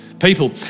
people